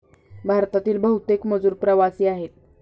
भारतातील बहुतेक मजूर प्रवासी आहेत